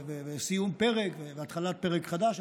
סיום פרק והתחלת פרק חדש,